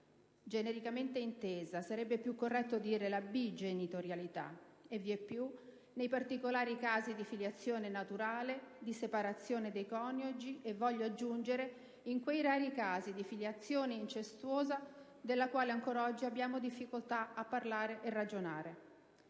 genericamente intesa (anche se sarebbe più corretto parlare di bigenitorialità) e vieppiù nei particolari casi di filiazione naturale, di separazione dei coniugi, voglio aggiungere, e in quei rari casi di filiazione incestuosa della quale ancora oggi abbiamo difficoltà a parlare e ragionare.